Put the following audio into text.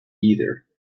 either